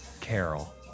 Carol